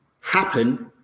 happen